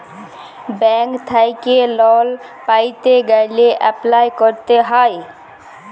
bank থ্যাইকে লল পাইতে গ্যালে এপ্লায় ক্যরতে হ্যয়